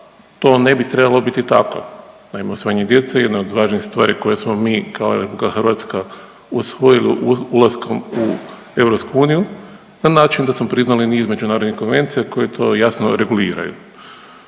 to ne bi trebalo biti tako. Naime, usvajanje djece jedna je od važnijih stvari koje smo mi kao Hrvatska usvojili ulaskom u EU na način da smo priznali niz međunarodnih konvencija koje to jasno reguliraju.